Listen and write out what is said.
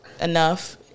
enough